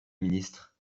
ministre